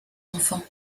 enfant